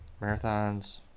Marathons